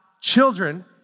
children